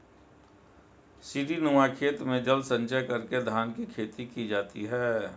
सीढ़ीनुमा खेत में जल संचय करके धान की खेती की जाती है